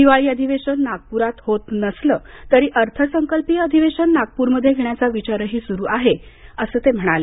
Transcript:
हिवाळी अधिवेशन नागपुरात होत नसलं तरी अर्थसंकल्पीय अधिवेशन नागपूरमध्ये घेण्याचा विचारही सूरू आहे असं ते म्हणाले